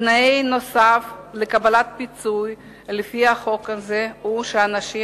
תנאי נוסף לקבלת פיצוי לפי החוק הזה הוא שאנשים